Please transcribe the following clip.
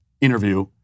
interview